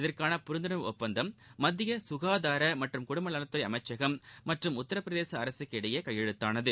இதற்கான புரிந்துணர்வு ஒப்பந்தம் மத்திய சுகாதார மற்றும் குடும்பநலத்துறை அமைச்சகம் மற்றும் உத்தரப்பிரதேச அரசுக்கு இடையே கையெழுத்தானது